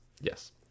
Yes